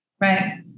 Right